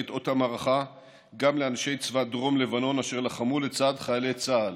את אות המערכה גם לאנשי צבא דרום לבנון אשר לחמו לצד חיילי צה"ל.